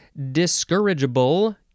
Discourageable